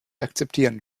akzeptieren